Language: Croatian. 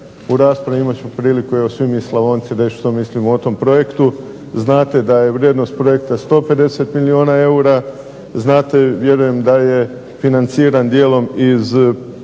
u raspravi imat ćemo priliku evo svi mi Slavonci reći što mislimo o tom projektu. Znate da je vrijednost projekta 150 milijuna eura, znate vjerujem da je financiran dijelom iz zajma